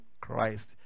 Christ